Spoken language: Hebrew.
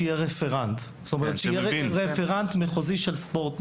שיהיה רפרנט מחוזי של ספורט.